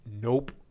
nope